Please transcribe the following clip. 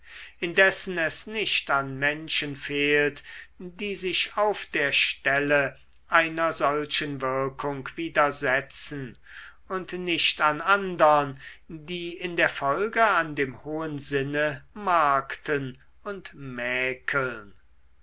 indessen es nicht an menschen fehlt die sich auf der stelle einer solchen wirkung widersetzen und nicht an andern die in der folge an dem hohen sinne markten und mäkeln